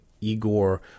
Igor